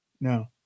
no